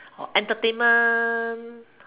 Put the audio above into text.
entertainment